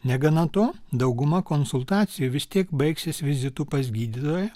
negana to dauguma konsultacijų vis tiek baigsis vizitu pas gydytoją